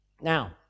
Now